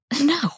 No